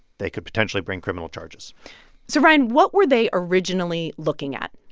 they could potentially bring criminal charges so, ryan, what were they originally looking at?